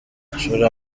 amashuri